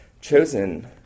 chosen